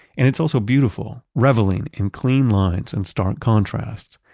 and it's also beautiful. reveling in clean lines and stark contrasts,